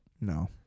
No